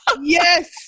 yes